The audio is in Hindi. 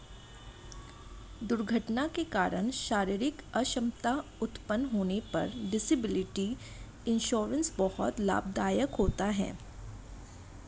दुर्घटना के कारण शारीरिक अक्षमता उत्पन्न होने पर डिसेबिलिटी इंश्योरेंस बहुत लाभदायक होता है